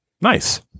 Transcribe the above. Nice